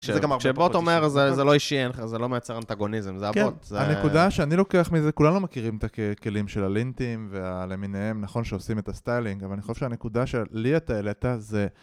כשבוט אומר, זה לא אישי אין לך, זה לא מייצר אנטגוניזם, זה הבוט. כן, הנקודה שאני לוקח מזה, כולנו מכירים את הכלים של הלינטים, והלמיניהם, נכון שעושים את הסטיילינג, אבל אני חושב שהנקודה שלי אתה העלת זה...